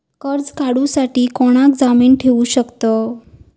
कर्ज काढूसाठी कोणाक जामीन ठेवू शकतव?